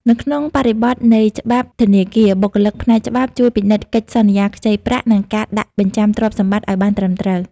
នៅក្នុងបរិបទនៃច្បាប់ធនាគារ បុគ្គលិកផ្នែកច្បាប់ជួយពិនិត្យកិច្ចសន្យាខ្ចីប្រាក់ និងការដាក់បញ្ចាំទ្រព្យសម្បត្តិឱ្យបានត្រឹមត្រូវ។